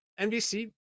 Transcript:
NBC